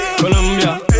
Colombia